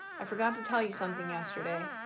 i forgot to tell you something yesterday.